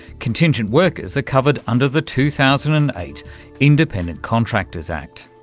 contingent workers are covered under the two thousand and eight independent contractors act.